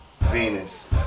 venus